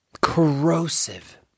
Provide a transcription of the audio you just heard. corrosive